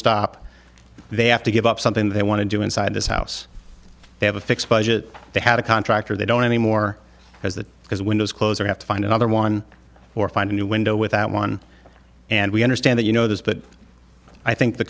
stop they have to give up something they want to do inside this house they have a fixed budget they had a contractor they don't anymore is that because windows closer have to find another one or find a new window without one and we understand that you know this but i think the